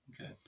okay